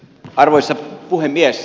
arvoisa puhemies